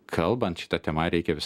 kalbant šita tema reikia vis